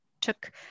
took